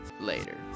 Later